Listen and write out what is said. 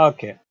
Okay